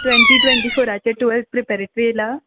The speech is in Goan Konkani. ट्वँटी ट्वँटी फोराचे टुवॅल्त प्रिपॅरेट्री येयला